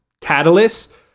catalyst